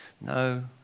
no